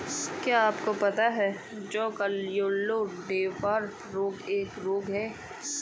क्या आपको पता है जौ का येल्लो डवार्फ रोग भी एक रोग है?